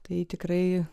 tai tikrai